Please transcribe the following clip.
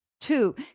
Two